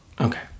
Okay